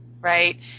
right